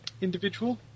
individual